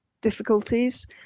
difficulties